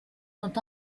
sont